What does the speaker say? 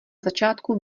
začátku